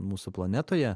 mūsų planetoje